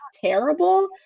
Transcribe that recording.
terrible